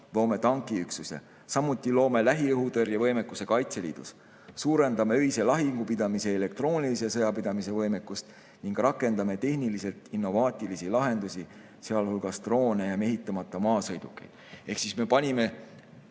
(loome tankiüksuse), samuti loome lähiõhutõrje võimekuse Kaitseliidus. Suurendame öise lahingupidamise ja elektroonilise sõjapidamise võimekust ning rakendame tehniliselt innovaatilisi lahendusi, sealhulgas droone ja mehitamata maasõidukeid." Ehk me panime